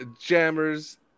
Jammers